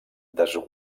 des